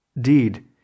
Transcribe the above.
deed